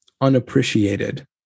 unappreciated